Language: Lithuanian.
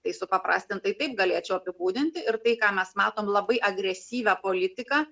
tai supaprastintai taip galėčiau apibūdinti ir tai ką mes matom labai agresyvią politiką